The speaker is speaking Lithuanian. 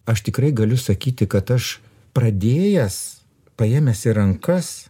aš tikrai galiu sakyti kad aš pradėjęs paėmęs į rankas